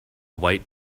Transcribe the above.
white